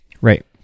Right